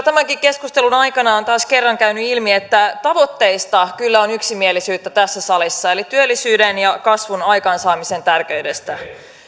tämänkin keskustelun aikana on taas kerran käynyt ilmi että tavoitteista kyllä on yksimielisyyttä tässä salissa eli työllisyyden ja kasvun aikaansaamisen tärkeydestä